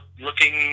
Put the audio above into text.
looking